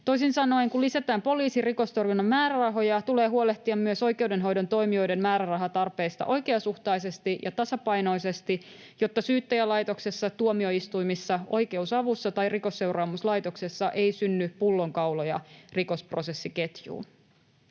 Toisin sanoen kun lisätään poliisin rikostorjunnan määrärahoja, tulee huolehtia myös oikeudenhoidon toimijoiden määrärahatarpeista oikeasuhtaisesti ja tasapainoisesti, jotta Syyttäjälaitoksessa, tuomioistuimissa, oikeusavussa tai Rikosseuraamuslaitoksessa ei synny pullonkauloja rikosprosessiketjuun.